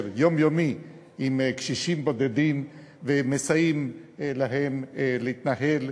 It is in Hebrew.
יומיומי עם קשישים בודדים ומסייעים להם להתנהל,